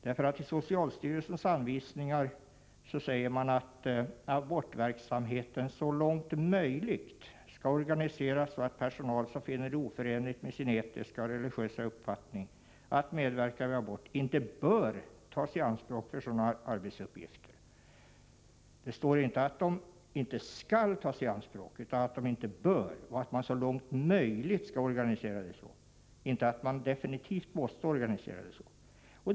I socialstyrelsens anvisningar säger man att abortverksamheten så långt möjligt skall organiseras så, att personal som finner det oförenligt med sina etiska och religiösa uppfattningar att medverka vid abort inte bör tas i anspråk för sådana arbetsuppgifter. Det står inte att dessa människor ”inte skall” utan att de ”inte bör” tas i anspråk, och det står att man ”så långt möjligt” skall organisera arbetet på det sättet, inte att man absolut måste organisera arbetet så.